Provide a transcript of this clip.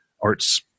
arts